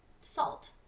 Salt